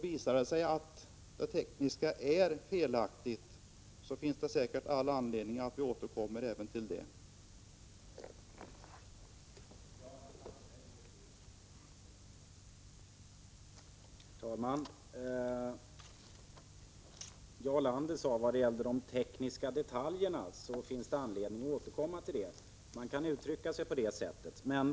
Visar det sig att det tekniska är felaktigt finns det säkert all anledning att återkomma till denna fråga.